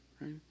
Right